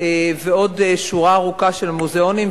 ועוד שורה ארוכה של מוזיאונים,